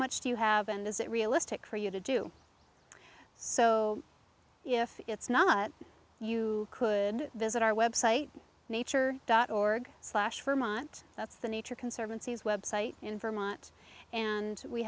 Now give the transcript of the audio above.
much do you have and is it realistic for you to do so if it's not you could visit our web site nature dot org slash vermont that's the nature conservancy is web site in vermont and we